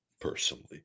personally